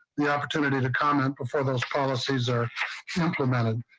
the opportunity to comment before those policies are implemented.